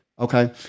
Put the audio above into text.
Okay